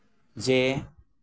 ᱡᱮ